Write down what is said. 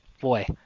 boy